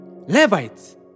Levites